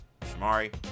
Shamari